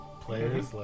players